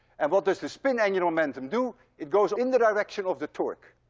and what does the spin angular momentum do? it goes in the direction of the torque.